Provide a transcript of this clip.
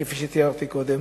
כפי שתיארתי קודם,